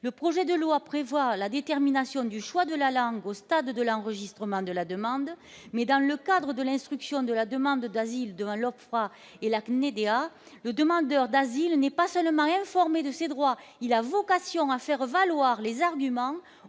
Le projet de loi prévoit la détermination du choix de la langue au stade de l'enregistrement de la demande d'asile. Dans le cadre de l'instruction de la demande d'asile devant l'OFPRA et la CNDA, le demandeur d'asile n'est pas seulement informé de ses droits : il a vocation à faire valoir les arguments